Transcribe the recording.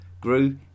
grew